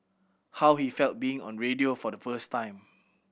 how he felt being on radio for the first time